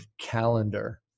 calendar